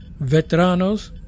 veteranos